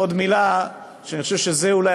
עוד מילה שאני חושב שאולי אתה תדאג,